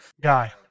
Guy